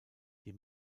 die